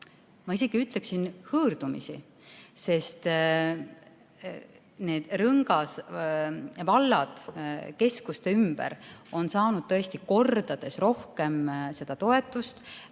ma isegi ütleksin, hõõrumist, sest rõngasvallad keskuste ümber on saanud tõesti kordades rohkem seda toetust.